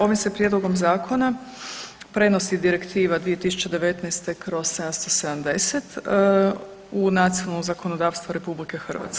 Ovim se Prijedlogom zakona prenosi Direktiva 2019/770 u nacionalno zakonodavstvo RH.